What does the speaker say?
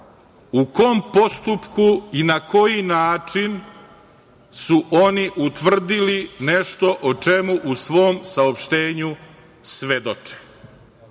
u kom postupku i na koji način su oni utvrdili nešto o čemu u svom saopštenju svedoče? Ovo